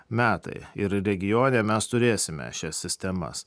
metai ir regione mes turėsime šias sistemas